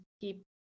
keep